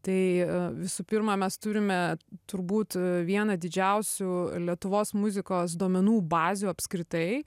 tai visų pirma mes turime turbūt vieną didžiausių lietuvos muzikos duomenų bazių apskritai